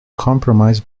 compromised